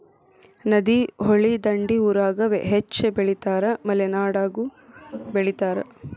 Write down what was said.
ನದಿ, ಹೊಳಿ ದಂಡಿ ಊರಾಗ ಹೆಚ್ಚ ಬೆಳಿತಾರ ಮಲೆನಾಡಾಗು ಬೆಳಿತಾರ